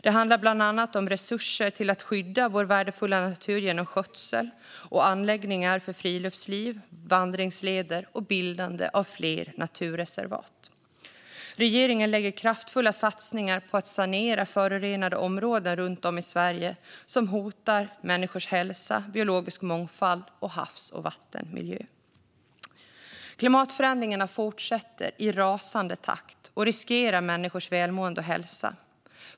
Det handlar bland annat om resurser till att skydda vår värdefulla natur genom skötsel, anläggningar för friluftsliv, till exempel vandringsleder, och bildande av fler naturreservat. Regeringen gör kraftfulla satsningar på att sanera förorenade områden runt om i Sverige som hotar människors hälsa, den biologiska mångfalden samt havs och vattenmiljön. Klimatförändringarna fortsätter i rasande takt och riskerar människors välmående och hälsa.